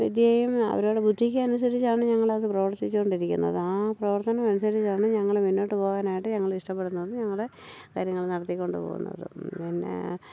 വിദ്യയും അവരവരുടെ ബുദ്ധിക്ക് അനുസരിച്ചാണ് ഞങ്ങൾ അത് പ്രവർത്തിച്ചു കൊണ്ടിരിക്കുന്നത് ആ പ്രവർത്തനം അനുസരിച്ചാണ് ഞങ്ങൾ മുന്നോട്ട് പോകാനായിട്ട് ഞങ്ങൾ ഇഷ്ടപ്പെടുന്നതെന്ന് ഞങ്ങളെ കാര്യങ്ങൾ നടത്തിക്കൊണ്ട് പോകുന്നത് പിന്നെ